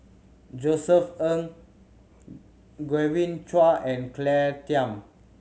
Josef Ng Genevieve Chua and Claire Tham